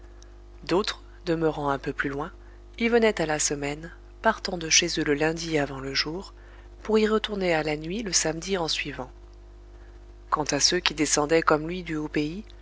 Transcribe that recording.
d'autres demeurant un peu plus loin y venaient à la semaine partant de chez eux le lundi avant le jour pour y retourner à la nuit le samedi ensuivant quant à ceux qui descendaient comme lui du haut pays